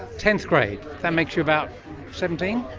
tenth grade, that makes you about seventeen?